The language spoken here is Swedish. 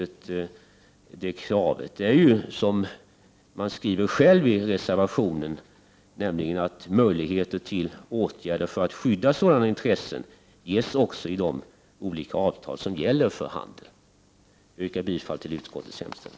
Som centern skriver i reservationen ger ju de olika avtalsom gäller för handeln möjligheter till åtgärder för att skydda de intressen som det här är fråga om. 15 Jag yrkar bifall till utskottets hemställan.